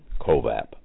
CoVAP